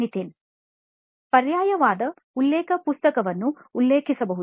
ನಿತಿನ್ ಪರ್ಯಾಯವಾದ ಉಲ್ಲೇಖ ಪುಸ್ತಕವನ್ನು ಉಲ್ಲೇಖಿಸಬಹುದು